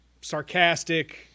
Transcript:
sarcastic